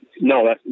No